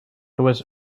was